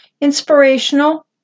inspirational